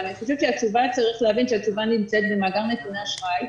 אבל אני חושבת שצריך להבין שהתשובה נמצאת במאגר נתוני האשראי,